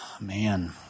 Man